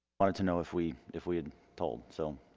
wanted to know if we if we had told so.